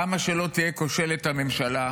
כמה שלא תהיה כושלת הממשלה,